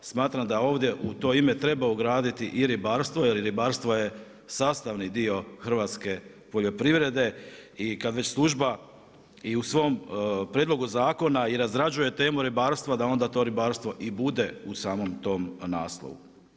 Smatram da ovdje u to ime treba ugraditi i ribarstvo jer ribarstvo je sastavni dio hrvatske poljoprivrede i kada već služba i u svom prijedlogu zakona i razrađuje temu ribarstva da onda to ribarstvo i bude u samom tom naslovu.